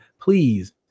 please